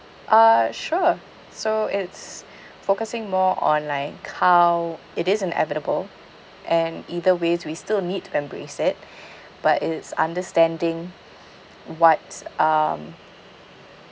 uh sure so it's focusing more on like how it is inevitable and either way we still need to embrace it but it's understanding what's um